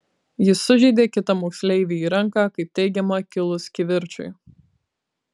jis sužeidė kitą moksleivį į ranką kaip teigiama kilus kivirčui